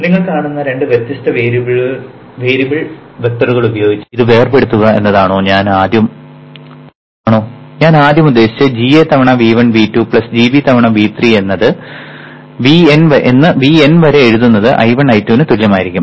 നിങ്ങൾ കാണുന്ന രണ്ട് വ്യത്യസ്ത വേരിയബിൾ വെക്ടറുകൾ ഉപയോഗിച്ച് ഇത് വേർപെടുത്തുക എന്നതാണോ ഞാൻ ആദ്യം ഉദ്ദേശിച്ചത് gA തവണ V1 V2 gB തവണ V3 എന്ന് Vn വരെ എഴുതുന്നത് I1 I2 ന് തുല്യമായിരിക്കും